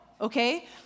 okay